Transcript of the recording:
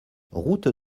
route